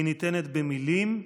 היא ניתנת במילים,